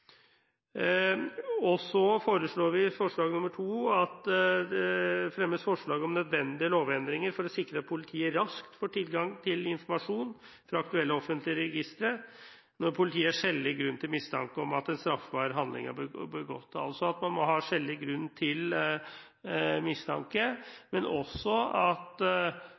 forslag nr. 2 at det fremmes forslag om nødvendige lovendringer for å sikre at politiet raskt får tilgang til informasjon fra aktuelle offentlige registre når politiet har skjellig grunn til mistanke om at en straffbar handling er begått. Man må altså ha skjellig grunn til mistanke. Men tidsaspektet er også